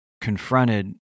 confronted